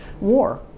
war